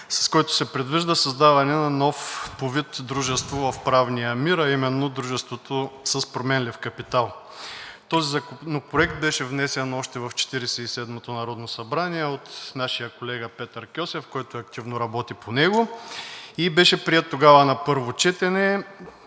с който се предвижда създаване на ново по вид дружество в правния мир, а именно дружеството с променлив капитал. Този законопроект беше внесен още в Четиридесет и седмото народно събрание от нашия колега Петър Кьосев, който активно работи по него, и беше приет тогава на първо четене.